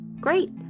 Great